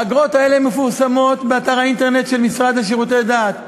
האגרות האלה מפורסמות באתר האינטרנט של המשרד לשירותי דת,